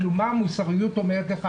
מה המוסריות אומרת לך?